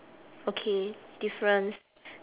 okay difference